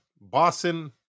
Boston